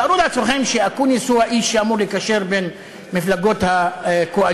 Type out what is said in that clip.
תארו לעצמכם שאקוניס הוא האיש שאמור לקשר בין מפלגות הקואליציה.